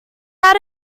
out